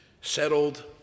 settled